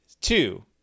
two